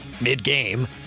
mid-game